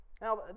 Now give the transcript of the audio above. Now